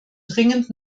dringend